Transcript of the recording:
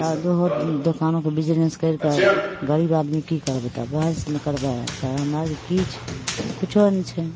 तऽ ओहो दोकानोके बिजनेस करिके गरीब आदमी कि करबै तब वएहसब ने करबै सर हमरा आओरके कि छै किछु नहि छै